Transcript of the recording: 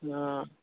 অঁ